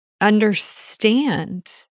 understand